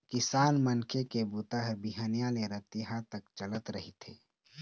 किसान मनखे के बूता ह बिहनिया ले रतिहा तक चलत रहिथे